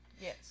Yes